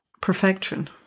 perfection